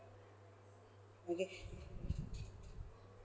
okay